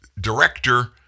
director